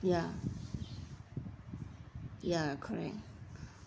ya ya correct